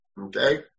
okay